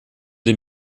den